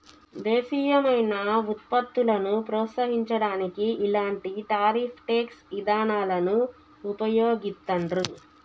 దేశీయమైన వుత్పత్తులను ప్రోత్సహించడానికి ఇలాంటి టారిఫ్ ట్యేక్స్ ఇదానాలను వుపయోగిత్తండ్రు